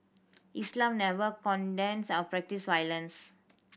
Islam never condones or practise violence